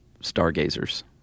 stargazers